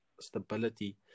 stability